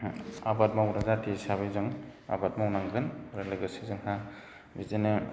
आबाद मावग्रा जाथि हिसाबै जों आबाद मावनांगोन आरो लोगोसे जोंहा बिदिनो